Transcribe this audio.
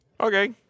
Okay